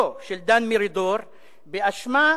מדובר באוטובוס במדינת היהודים,